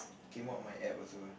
can mop my App also